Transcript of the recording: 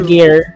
Gear